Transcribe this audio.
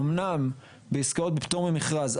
אמנם בעסקאות בפטור ממכרז,